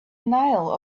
nile